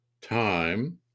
time